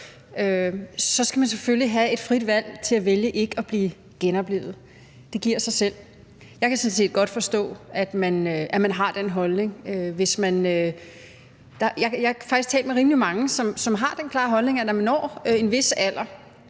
så skal man selvfølgelig have et frit valg til at vælge ikke at blive genoplivet. Det giver sig selv. Jeg kan sådan set godt forstå, at man har den holdning. Jeg har faktisk talt med rimelig mange, som har den klare holdning, at når man når en vis alder,